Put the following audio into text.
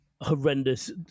horrendous